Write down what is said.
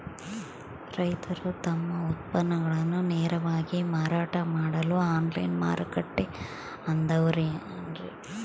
ರೈತರು ತಮ್ಮ ಉತ್ಪನ್ನಗಳನ್ನ ನೇರವಾಗಿ ಮಾರಾಟ ಮಾಡಲು ಆನ್ಲೈನ್ ಮಾರುಕಟ್ಟೆ ಅದವೇನ್ರಿ?